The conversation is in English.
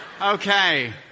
Okay